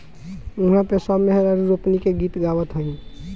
उहा पे सब मेहरारू रोपनी के गीत गावत हईन